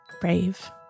brave